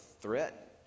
threat